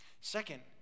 Second